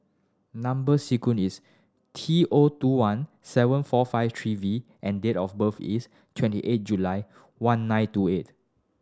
number sequence is T O two one seven four five three V and date of birth is twenty eight July one nine two eight